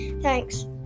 thanks